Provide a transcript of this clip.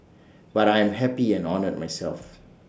but I'm happy and honoured myself